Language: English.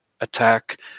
attack